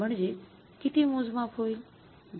म्हणजे किती मोजमाप होईल